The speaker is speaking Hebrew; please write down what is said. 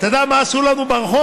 אתה יודע מה עשו לנו ברחוב?